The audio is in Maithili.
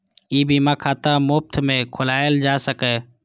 ई बीमा खाता मुफ्त मे खोलाएल जा सकैए